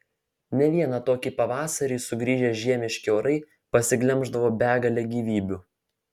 ne vieną tokį pavasarį sugrįžę žiemiški orai pasiglemždavo begalę gyvybių